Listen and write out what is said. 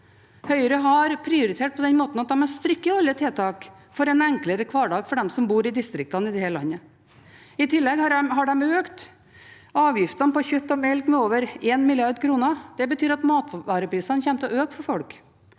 Høyre har prioritert på den måten at de har strøket alle tiltak for en enklere hverdag for dem som bor i distriktene i dette landet. I tillegg har de økt avgiftene på kjøtt og melk med over 1 mrd. kr. Det betyr at matvareprisene ville kommet til å øke for folk.